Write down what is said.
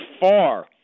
far